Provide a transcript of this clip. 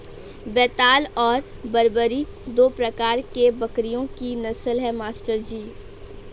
बेताल और बरबरी दो प्रकार के बकरियों की नस्ल है मास्टर जी